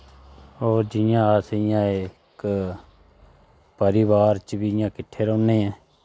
और जियां अस इयां इक परिवार च इयां किट्ठे रौह्ने